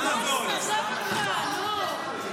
עזוב אותך, נו.